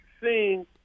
seeing